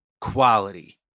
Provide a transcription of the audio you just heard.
quality